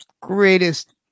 greatest